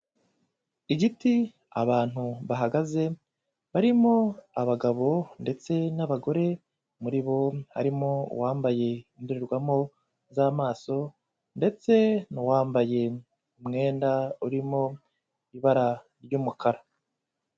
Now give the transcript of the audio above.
Igiti, abantu bahagaze, barimo abagabo ndetse n'abagore, muri bo harimo uwambaye indorerwamo z'amaso ndetse n'uwambaye umwenda urimo ibara ry'umukara.